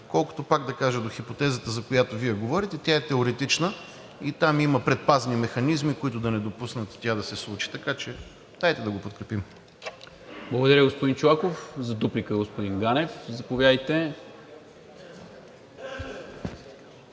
Колкото, пак да кажа, до хипотезата, за която Вие говорите, тя е теоретична и там има предпазни механизми, които да не допуснат тя да се случи. Така че дайте да го подкрепим. ПРЕДСЕДАТЕЛ НИКОЛА МИНЧЕВ: Благодаря, господин Чолаков. За дуплика, господин Ганев, заповядайте.